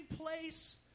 place